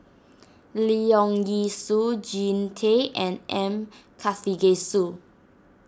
Leong Yee Soo Jean Tay and M Karthigesu